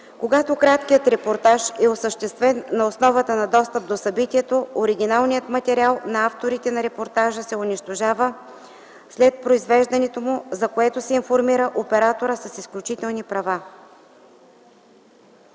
Когато краткият репортаж е осъществен на основата на достъп до събитието, оригиналният материал на авторите на репортажа се унищожава след произвеждането му, за което се информира операторът с изключителните права.”